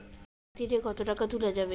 একদিন এ কতো টাকা তুলা যাবে?